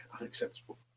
Unacceptable